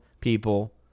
people